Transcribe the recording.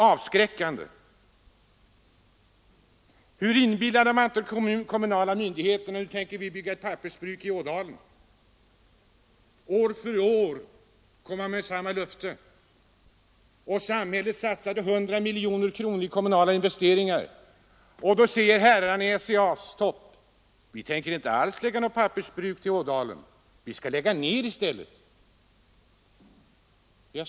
Man inbillade de kommunala myndigheterna att man tänkte bygga ett pappersbruk i Ådalen. År efter år gav man samma löfte, och samhället satsade 100 miljoner kronor i form av kommunala investeringar. Därefter sade herrarna i SCA: Vi tänker inte alls förlägga något pappersbruk till Ådalen; vi skall lägga ned i stället.